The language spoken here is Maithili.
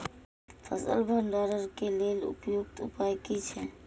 फसल भंडारण के लेल उपयुक्त उपाय कि छै?